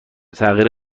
تغییر